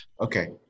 Okay